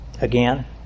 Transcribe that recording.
again